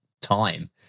time